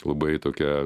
labai tokią